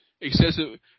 excessive